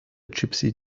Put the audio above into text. gypsy